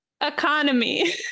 economy